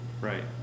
Right